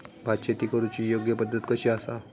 भात शेती करुची योग्य पद्धत कशी आसा?